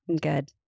Good